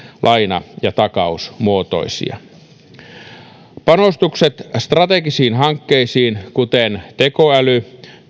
laina ja takausmuotoinen panostukset strategisiin hankkeisiin kuten tekoäly